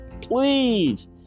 Please